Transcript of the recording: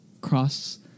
cross